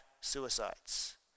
suicides